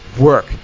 work